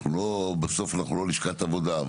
לא, בסוף אנחנו לא לשכת עבודה.